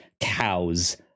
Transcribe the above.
cows